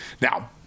Now